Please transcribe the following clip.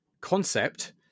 concept